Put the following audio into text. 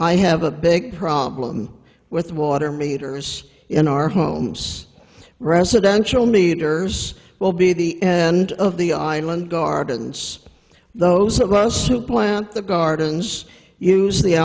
i have a big problem with water meters in our homes residential meters will be the end of the island gardens those of us who plant the gardens use the